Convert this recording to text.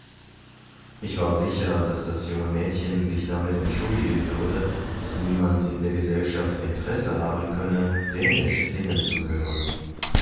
ich war sicher daß das junge mädchen sich damit entschuldigen würde daß niemand in der gesellschaft interesse haben könne dänisch singen zu hören